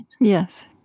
Yes